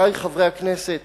חברי חברי הכנסת,